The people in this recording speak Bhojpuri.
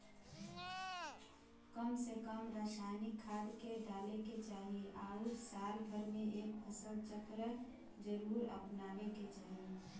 कम से कम रासायनिक खाद के डाले के चाही आउर साल भर में एक फसल चक्र जरुर अपनावे के चाही